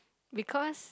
because